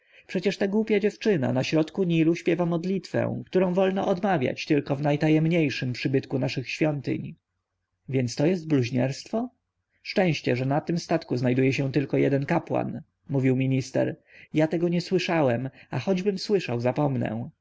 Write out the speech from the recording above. przecież ta głupia dziewczyna na środku nilu śpiewa modlitwę którą wolno odmawiać tylko w najtajemniejszym przybytku naszych świątyń więc to jest bluźnierstwo szczęście że na tym statku znajduje się tylko jeden kapłan mówił minister ja tego nie słyszałem a choćbym słyszał zapomnę